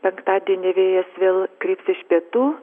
penktadienį vėjas vėl kryps iš pietų